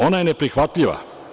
Ona je neprihvatljiva.